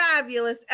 fabulous